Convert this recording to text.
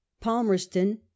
palmerston